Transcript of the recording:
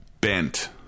bent